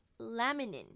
laminin